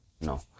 no